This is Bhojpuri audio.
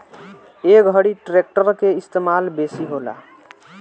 ए घरी ट्रेक्टर के इस्तेमाल बेसी होला